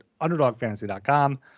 underdogfantasy.com